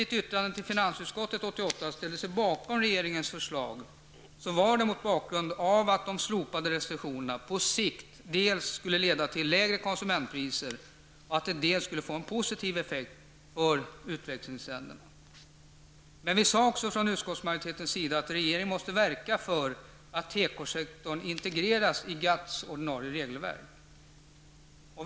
1988 ställde sig bakom regeringens förslag var det mot bakgrund av att de slopade restriktionerna på sikt dels skulle leda till lägre konsumentpriser, dels skulle få en positiv effekt för utvecklingsländerna. Men vi sade också från utskottsmajoritetens sida att regeringen måste verka för att tekosektorn integreras i GATTs ordinarie regelverk.